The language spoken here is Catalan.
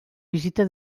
visita